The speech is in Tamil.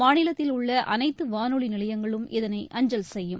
மாநிலத்தில் உள்ள அனைத்து வானொலி நிலையங்களும் இதனை அஞ்சல் செய்யும்